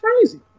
crazy